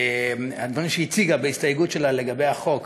הדברים שהיא הציגה בהסתייגות שלה לגבי החוק.